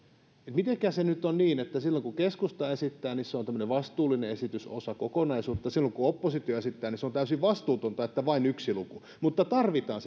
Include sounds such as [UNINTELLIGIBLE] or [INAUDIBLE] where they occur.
mitenkä nyt on niin että silloin kun keskusta esittää niin esitys on vastuullinen ja osa kokonaisuutta ja silloin kun oppositio esittää niin on täysin vastuutonta että on vain yksi luku mutta tarvitaan [UNINTELLIGIBLE]